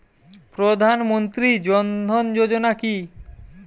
প্রধান মন্ত্রী জন ধন যোজনা কি?